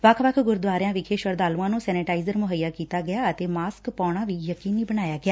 ਵੱਖ ਵੱਖ ਗੁਰਦੁਆਰਿਆਂ ਵਿਖੇ ਸ਼ਰਧਾਲੁਆਂ ਨੂੰ ਸੈਨੇਟਾਇਜ਼ਰ ਮੁਹੱਈਆ ਕੀਤਾ ਗਿਆ ਅਤੇ ਮਾਸਕ ਪਾਉਣਾ ਯਕੀਨੀ ਬਣਾਇਆ ਗਿਆ